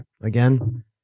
Again